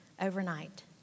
overnight